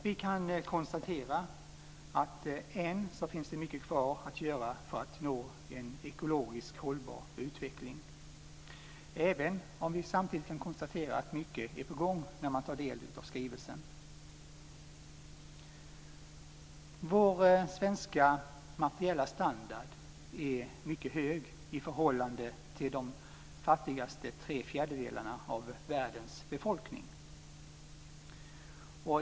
Vi kan konstatera att det än finns mycket kvar att göra för att nå en ekologiskt hållbar utveckling, även om vi samtidigt kan konstatera att mycket är på gång, vilket man ser när man tar del av skrivelsen. Vår svenska materiella standard är mycket hög i förhållande till de fattigaste tre fjärdedelarna av världens befolkning.